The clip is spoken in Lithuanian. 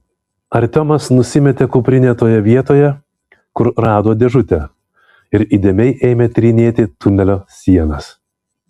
artiomas nusimetė kuprinę toje vietoje kur rado dėžutę ir įdėmiai ėmė tyrinėti tunelio sienas